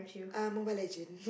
err Mobile Legend